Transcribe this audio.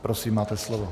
Prosím, máte slovo.